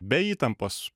be įtampos